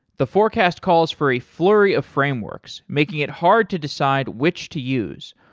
the forecast calls for a flurry of frameworks making it hard to decide which to use,